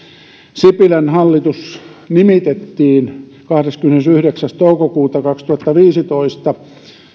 sipilän hallitus nimitettiin kahdeskymmenesyhdeksäs toukokuutta kaksituhattaviisitoista